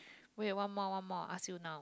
wait one more one more ask you now